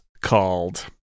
called